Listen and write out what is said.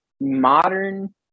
modern